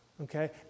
Okay